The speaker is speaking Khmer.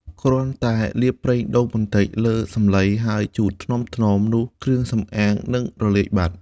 គ្រាន់តែលាបប្រេងដូងបន្តិចលើសំឡី ហើយជូតថ្នមៗ នោះគ្រឿងសម្អាងនឹងរលាយបាត់។